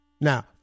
Now